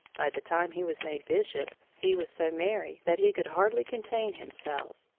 by the time he was made bishop, he was so merry that he could hardly contain himself.